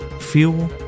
fuel